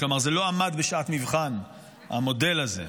כלומר, זה לא עמד בשעת מבחן, המודל הזה.